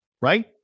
right